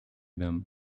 them